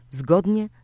zgodnie